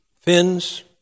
Fins